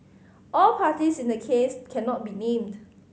all parties in the case cannot be named